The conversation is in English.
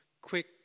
quick